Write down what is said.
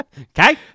Okay